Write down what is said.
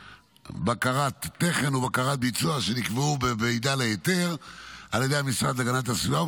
בקרת תכן ובקרת ביצוע שנקבעו במידע להיתר על ידי המשרד להגנת הסביבה,